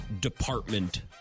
department